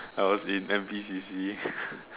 I was in N_P_C_C